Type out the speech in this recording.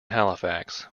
halifax